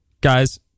Guys